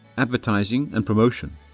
advertising and promotion.